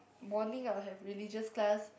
morning I will have religious class